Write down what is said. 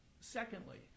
Secondly